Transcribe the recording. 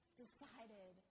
decided